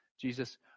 Jesus